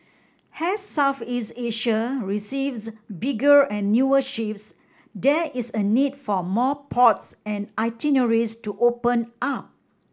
as Southeast Asia receives bigger and newer ships there is a need for more ports and itineraries to open up